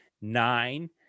Nine